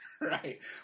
Right